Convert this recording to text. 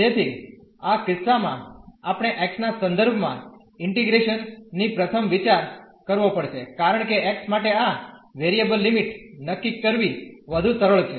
તેથી આ કિસ્સામાં આપણે x ના સંદર્ભમાં ઇન્ટીગ્રેશન ની પ્રથમ વિચાર કરવો પડશે કારણ કે x માટે આ વેરીયેબલ લિમિટ નક્કી કરવી વધુ સરળ છે